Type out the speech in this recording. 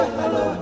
hello